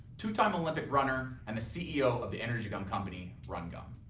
two-time olympic runner and the ceo of the energy gum company, run gum.